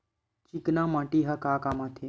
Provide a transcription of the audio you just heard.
चिकना माटी ह का काम आथे?